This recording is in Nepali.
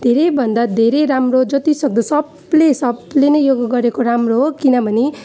धेरैभन्दा धेरै राम्रो जति सक्दो सबले सबले नै योगा गरेको राम्रो हो किनभने